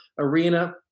arena